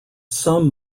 some